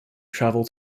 travel